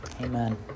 amen